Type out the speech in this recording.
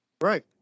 Right